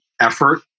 effort